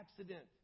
accident